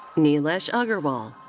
neelesh agarwal.